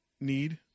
need